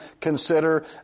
consider